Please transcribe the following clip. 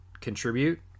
contribute